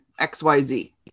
XYZ